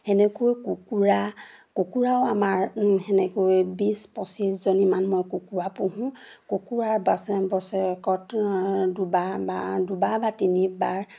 সেনেকৈ কুকুৰা কুকুৰাও আমাৰ সেনেকৈ বিছ পঁচিছজনীমান মই কুকুৰা পুহোঁ কুকুৰাৰ বাচ বছৰেকত দুবাৰ বা দুবাৰ বা তিনিবাৰ